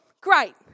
great